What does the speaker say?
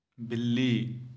बिल्ली